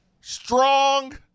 strong